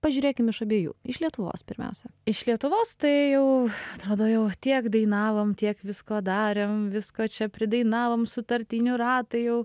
pažiūrėkime iš abiejų iš lietuvos pirmiausia iš lietuvos tai jau atrodo jau tiek dainavom tiek visko darėm visko čia pridainavom sutartinių ratai jau